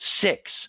six